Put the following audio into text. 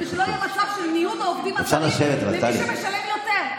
כדי שלא יהיה מצב של ניוד העובדים הזרים למי שמשלם יותר.